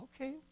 Okay